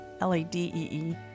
L-A-D-E-E